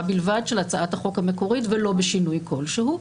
בלבד של הצעת החוק המקורית ולא בשינוי כלשהו.